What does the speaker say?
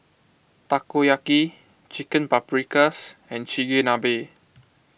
Takoyaki Chicken Paprikas and Chigenabe